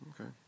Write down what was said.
Okay